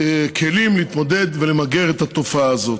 כלים להתמודד ולמגר את התופעה הזאת.